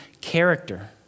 character